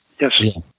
Yes